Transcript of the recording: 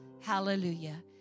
Hallelujah